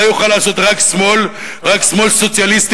זה יוכל לעשות רק שמאל, רק שמאל סוציאליסטי.